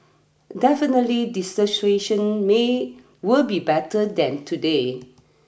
definitely the situation may will be better than today